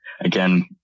again